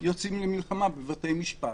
יוצאים למלחמה בבתי משפט.